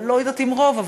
לא יודעת אם רוב,